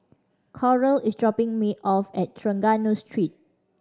Coral is dropping me off at Trengganu Street